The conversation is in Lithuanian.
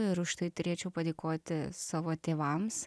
ir už tai turėčiau padėkoti savo tėvams